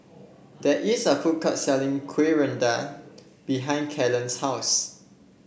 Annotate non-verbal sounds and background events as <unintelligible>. there is a food court selling kuih <unintelligible> behind Kellen's house